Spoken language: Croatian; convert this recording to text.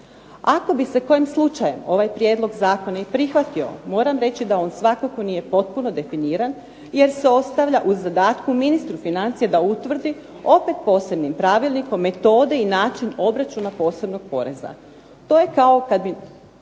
Ako bi se kojim slučajem ovaj prijedlog zakona i prihvatio moram reći da on svakako nije potpuno definiran jer se ostavlja u zadatku ministru financija da utvrdi opet posebnim pravilnikom metode i način obračuna posebnog poreza. To je kao kad bi